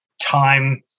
time